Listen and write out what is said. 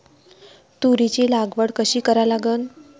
तुरीची लागवड कशी करा लागन?